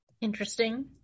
Interesting